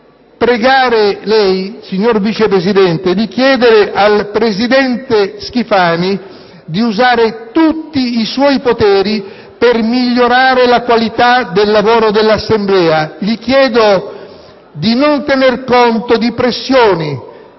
pregare lei, signora Vice Presidente, di chiedere al presidente Schifani di usare tutti i suoi poteri per migliorare la qualità del lavoro dell'Assemblea: gli chiedo di non tener conto di pressioni,